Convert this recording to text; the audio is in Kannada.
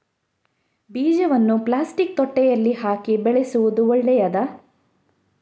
ಬೀಜವನ್ನು ಪ್ಲಾಸ್ಟಿಕ್ ತೊಟ್ಟೆಯಲ್ಲಿ ಹಾಕಿ ಬೆಳೆಸುವುದು ಒಳ್ಳೆಯದಾ?